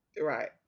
Right